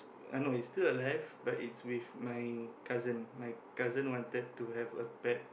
I know it's still alive but it's with my cousin my cousin wanted to have a pet